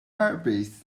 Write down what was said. herpes